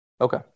Okay